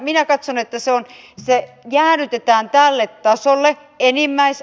minä katson että se jäädytetään tälle tasolle